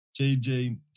JJ